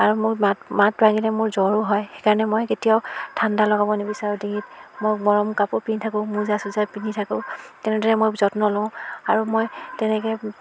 আৰু মোৰ মাত মাত ভাঙিলে মোৰ জ্বৰো হয় সেইকাৰণে মই কেতিয়াও ঠাণ্ডা লগাব নিবিচাৰোঁ ডিঙিত মই গৰম কাপোৰ পিন্ধি থাকোঁ মোজা চোজা পিন্ধি থাকোঁ তেনেদৰে মই যত্ন লওঁ আৰু মই তেনেকৈ